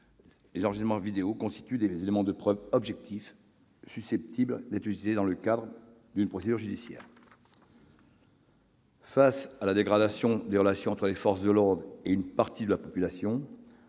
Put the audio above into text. les enregistrements vidéo constituent des éléments de preuve objectifs, susceptibles d'être utilisés dans le cadre d'une procédure judiciaire. Il s'agit, ensuite, face à la dégradation des relations entre les forces de l'ordre et une partie de la population,